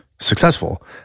successful